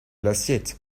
l’assiette